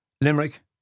Limerick